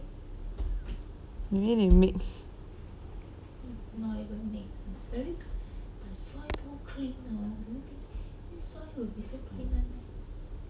maybe they mix